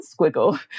squiggle